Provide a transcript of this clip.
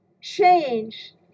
change